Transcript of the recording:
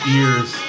ears